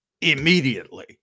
immediately